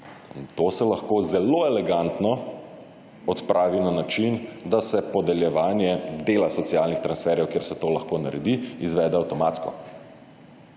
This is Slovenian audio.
to se lahko zelo elegantno odpravi na način, da se podeljevanje dela socialnih transferjev, kjer se to lahko naredi, izvede avtomatsko